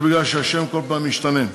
זה בגלל שהשם כל פעם משתנה,